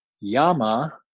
yama